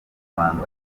rwanda